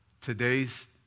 Today's